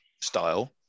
style